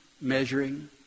measuring